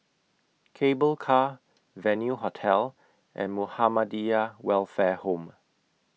Cable Car Venue Hotel and Muhammadiyah Welfare Home